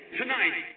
tonight